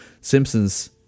simpsons